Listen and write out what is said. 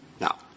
Now